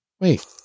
Wait